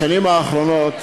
בשנים האחרונות